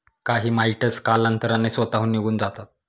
काही माइटस कालांतराने स्वतःहून निघून जातात